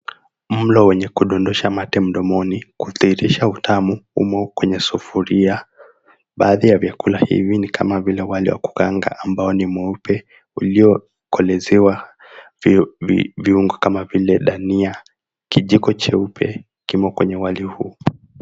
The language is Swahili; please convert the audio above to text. Mlo wenye kudondosha mate mdomoni, kuthihirisha utamu umo kwenye sufuria. Baadhi ya vyakula hivi ni kama vile wali wa kukaanga ambao ni mweupe uliokolezewa viungo kama vile dania. Kijiko cheupe kimo kwenye wali huu.